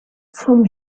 from